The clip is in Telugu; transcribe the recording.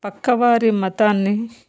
పక్కవారి మతాన్ని